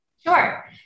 Sure